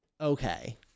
Okay